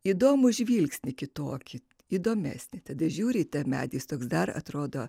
įdomų žvilgsnį kitokį įdomesnį tebežiūrite medis toks dar atrodo